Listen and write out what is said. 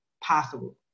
possible